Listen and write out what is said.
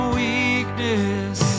weakness